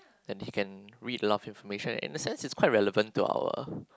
and he can read a lot of information in the sense its quite relevant to our